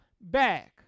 back